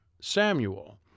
Samuel